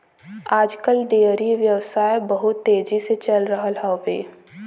आज कल डेयरी व्यवसाय बहुत तेजी से चल रहल हौवे